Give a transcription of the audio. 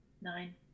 Nine